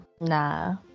Nah